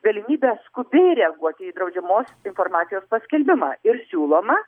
galimybes skubiai reaguoti į draudžiamos informacijos paskelbimą ir siūloma